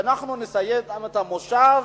שאנחנו נסיים את המושב,